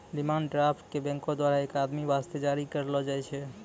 demand draft क बैंको द्वारा एक आदमी वास्ते जारी करलो जाय छै